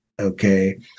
Okay